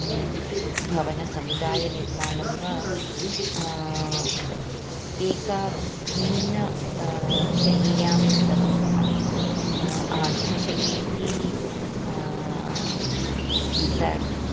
भवनसमुदायनिर्माणं वा एका भिन्न शैल्यां कृतवन्तः आन्ध्रशैलीति सर्वे